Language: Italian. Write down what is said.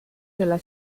della